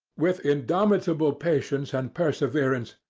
with indomitable patience and perseverance,